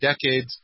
decades